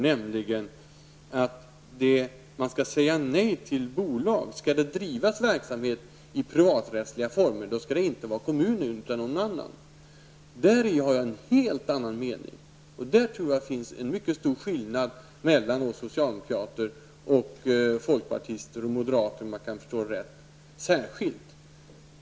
Ylva Annerstedt menar att man skall säga nej till sådana bolag och att privaträttslig verksamhet inte skall bedrivas av kommuner utan av någon annan. Jag tror att det där finns en mycket stor skillnad mellan oss socialdemokrater och särskilt -- om jag förstår det rätt -- folkpartister och moderater.